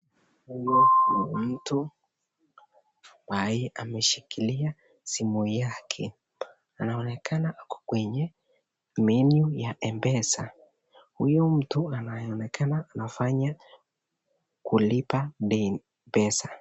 Huyu ni mtu sahii ameshikilia simu yake, anaonekana ako kwenye menu ya Mpesa. Huyu mtu anaonekana anfanya kulipa deni, pesa.